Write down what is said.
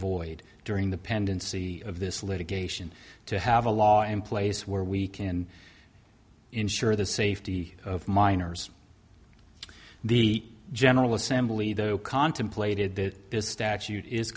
void during the pendency of this litigation to have a law in place where we can ensure the safety of minors the general assembly though contemplated that this statute is